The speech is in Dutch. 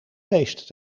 feest